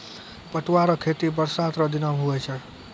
पटुआ रो खेती बरसात रो दिनो मे हुवै छै